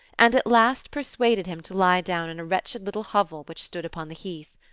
and at last persuaded him to lie down in a wretched little hovel which stood upon the heath.